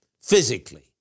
physically